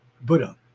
Buddha